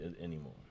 anymore